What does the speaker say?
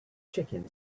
chicken